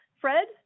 Fred